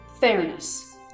fairness